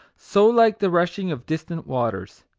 so like the rushing of distant waters.